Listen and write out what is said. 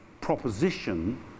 proposition